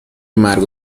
مرگ